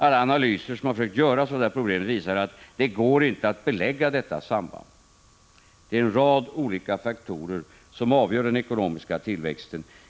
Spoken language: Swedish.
Alla analyser som har gjorts av problemet visar att det inte går att belägga detta samband. En rad olika faktorer avgör den ekonomiska tillväxten.